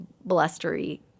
blustery